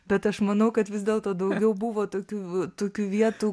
bet aš manau kad vis dėlto daugiau buvo tokių tokių vietų